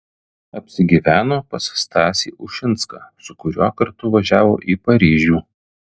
apsigyveno pas stasį ušinską su kuriuo kartu važiavo į paryžių